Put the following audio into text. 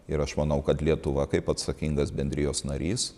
ir aš manau kad lietuva kaip atsakingas bendrijos narys